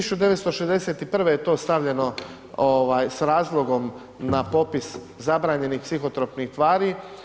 1961.g. je to stavljeno ovaj s razlogom na popis zabranjenih psihotropnih tvari.